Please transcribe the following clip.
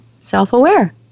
self-aware